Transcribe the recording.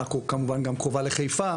עכו כמובן קרובה לחיפה,